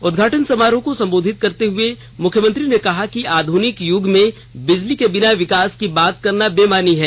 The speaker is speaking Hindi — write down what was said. उदघाटन समारोह को संबोधित करते हुए मुख्यमंत्री ने कहा कि आध्रनिक युर्ग में बिजली के बिना विकास की बात करना बेमानी है